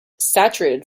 saturated